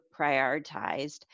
prioritized